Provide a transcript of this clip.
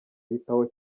yitaho